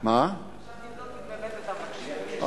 עכשיו נבדוק אם באמת אתה מקשיב.